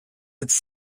its